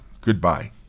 Goodbye